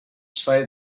say